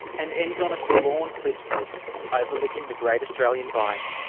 and ends on a forlorn cliff face overlooking the great australian bite.